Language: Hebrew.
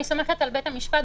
אני סומכת על בית המשפט,